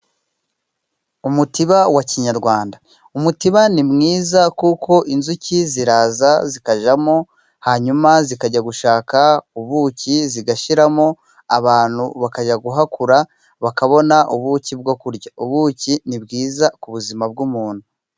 Umutiba wa kinyarwanda . Umutiba ni mwiza kuko inzuki ziraza zikajyamo hanyuma zikajya gushaka ubuki zigashyiramo, abantu bakajya guhakura ,bakabona ubuki bwo kurya . Ubuki ni bwiza ku buzima bw'umuntu.